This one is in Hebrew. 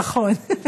נכון.